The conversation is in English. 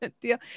deal